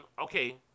Okay